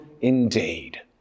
indeed